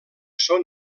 són